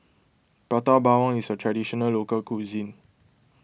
Prata Bawang is a Traditional Local Cuisine